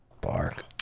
Bark